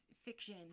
fiction